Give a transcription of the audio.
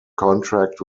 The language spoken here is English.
contract